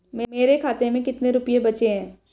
मेरे खाते में कितने रुपये बचे हैं?